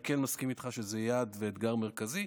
אני כן מסכים איתך שזה יעד ואתגר מרכזי.